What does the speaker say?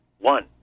One